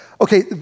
Okay